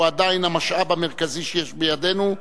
הוא עדיין המשאב המרכזי שיש בידינו,